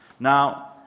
Now